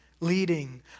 Leading